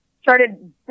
started